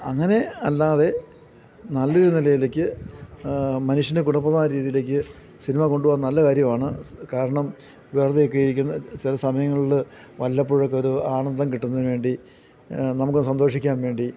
അങ്ങനെ അല്ലാതെ നല്ലൊരു നിലയിലേക്ക് മനുഷ്യന് ഗുണപ്രദമായ രീതിയിലേക്ക് സിനിമ കൊണ്ടുപോകാൻ നല്ല കാര്യമാണ് കാരണം വെറുതെ ഒക്കെ ഇരിക്കുന്ന ചില സമയങ്ങളിൽ വല്ലപ്പോഴൊക്കെ ഒരു ആനന്ദം കിട്ടുന്നതിന് വേണ്ടി നമുക്ക് സന്തോഷിക്കാൻ വേണ്ടി